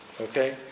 Okay